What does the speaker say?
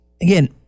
again